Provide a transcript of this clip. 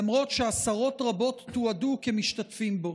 למרות שעשרות רבות תועדו משתתפים בו.